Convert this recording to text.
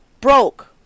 broke